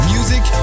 Music